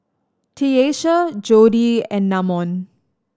Tiesha Jodi and Namon